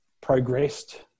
progressed